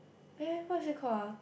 eh what is it called ah